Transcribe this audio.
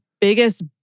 biggest